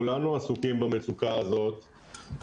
כולנו עסוקים במצוקה הזאת,